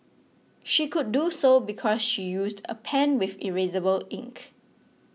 she could do so because she used a pen with erasable ink